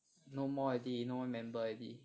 no more already no more member already